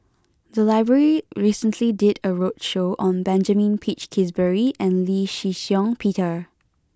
the library recently did a roadshow on Benjamin Peach Keasberry and Lee Shih Shiong Peter